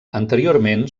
anteriorment